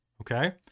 Okay